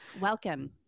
Welcome